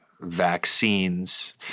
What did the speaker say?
vaccines